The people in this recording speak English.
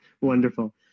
wonderful